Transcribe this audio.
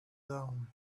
down